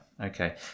Okay